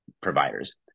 providers